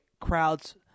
crowd's